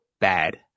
bad